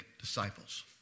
disciples